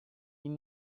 ils